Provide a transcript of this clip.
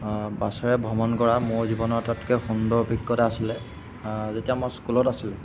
বাছেৰে ভ্ৰমণ কৰা মোৰ জীৱনৰ আটাইতকৈ সুন্দৰ অভিজ্ঞতা আছিলে যেতিয়া মই স্কুলত আছিলো